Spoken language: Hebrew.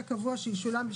כשהמדינה תפרסם.